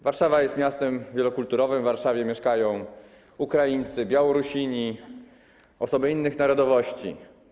Warszawa jest miastem wielokulturowym, w Warszawie mieszkają Ukraińcy, Białorusini, osoby innych narodowości.